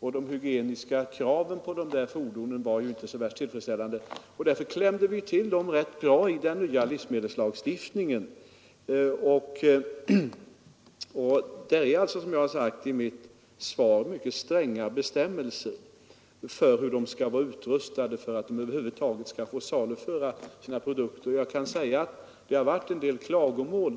att de hygieniska kraven på ifrågavarande fordon inte var så värst tillfredsställande, och därför klämde vi åt dem rätt ordentligt i den nya livsmedelslagstiftningen. Det är alltså, som jag har sagt i mitt svar, mycket stränga bestämmelser för hur bilarna skall vara utrustade för att försäljarna över huvud taget skall få saluföra sina produkter. Det har också förekommit en del klagomål.